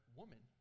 woman